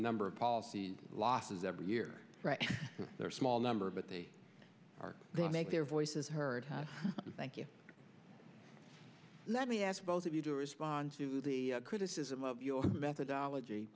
number of policy losses every year their small number but they are they make their voices heard thank you let me ask both of you to respond to the criticism of your methodology